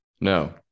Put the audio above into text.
No